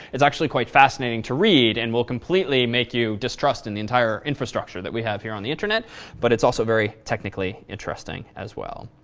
it's actually quite fascinating to read and will completely make you distrust in the entire infrastructure that we have here on the internet but it's also very technically interesting as well.